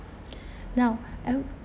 now I would